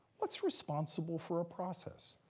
what's responsible for a process?